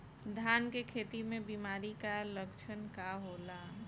धान के खेती में बिमारी का लक्षण का होला?